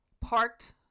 parked